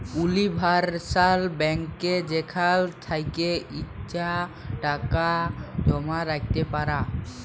universal ব্যাংকে যেখাল থ্যাকে ইছা টাকা জমা রাইখতে পার